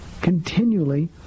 continually